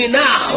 now